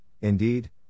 indeed